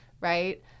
right